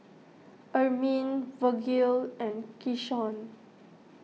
Ermine Vergil and Keshawn